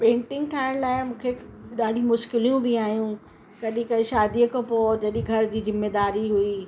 painting ठाहिण लाइ मूंखे ॾाढी मुश्किलियूं बि आहियूं कॾहिं कॾहिं शादीअ खां पोइ जॾहिं घर जी ज़िमेदारी हुई